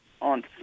on